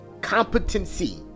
Competency